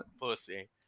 pussy